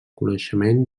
coneixement